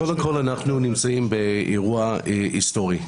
קודם כל אנחנו נמצאים באירוע היסטורי.